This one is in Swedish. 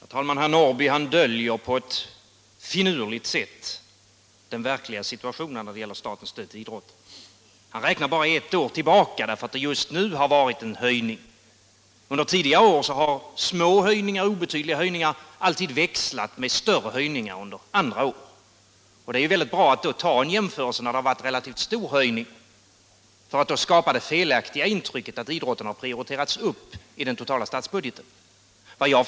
Herr talman! Herr Norrby döljer på ett finurligt sätt den verkliga situationen när det gäller statens stöd till idrotten. Han räknar bara ett år tillbaka, därför att det just nu har varit en höjning. Under tidigare år har små och obetydliga höjningar alltid växlat med större höjningar under andra år. Det är ju väldigt bra att göra jämförelsen när det har varit en relativt stor höjning. Därigenom skapar man ju det felaktiga intrycket att idrotten har prioriterats upp i den totala statsbudgeten.